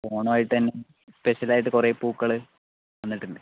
ഓണമായിട്ട് സ്പെഷ്യലായിട്ട് കുറെ പൂക്കൾ വന്നിട്ടുണ്ട്